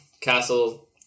castle